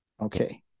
Okay